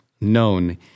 known